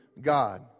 God